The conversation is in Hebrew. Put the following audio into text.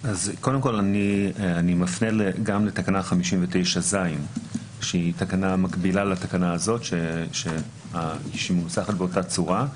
אני מפנה גם לתקנה 59ז שהיא תקנה מקבילה לתקנה הזאת שמנוסחת באותה צורה.